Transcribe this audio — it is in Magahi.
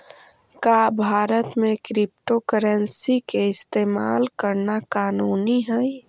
का भारत में क्रिप्टोकरेंसी के इस्तेमाल करना कानूनी हई?